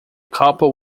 couple